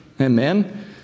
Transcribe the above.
Amen